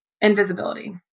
Invisibility